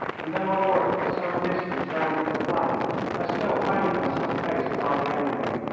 and though i worked some distance round to the flank i still found myself faced by the enemy.